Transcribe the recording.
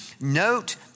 Note